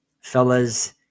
Fellas